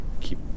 keep